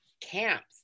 camps